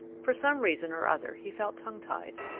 for some reason or other he felt tongue-tied.